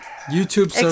YouTube